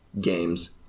games